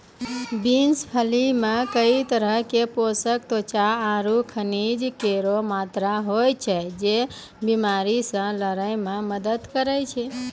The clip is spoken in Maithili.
बिन्स फली मे कई तरहो क पोषक तत्व आरु खनिज केरो मात्रा होय छै, जे बीमारी से लड़ै म मदद करै छै